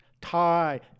Thai